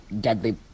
deadly